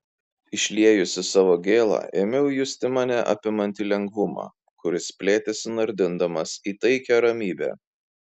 išliejusi savo gėlą ėmiau justi mane apimantį lengvumą kuris plėtėsi nardindamas į taikią ramybę